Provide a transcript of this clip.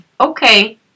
okay